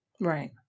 Right